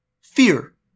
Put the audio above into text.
fear